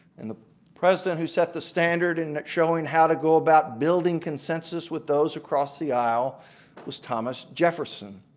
and the president who set the standard in showing how to go about building consensus with those across the aisle was thomas jefferson.